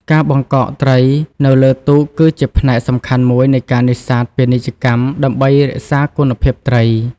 ការបង្កកត្រី នៅលើទូកគឺជាផ្នែកសំខាន់មួយនៃការនេសាទពាណិជ្ជកម្មដើម្បីរក្សាគុណភាពត្រី។